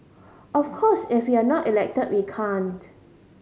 of course if we're not elected we can't